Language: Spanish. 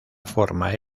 forma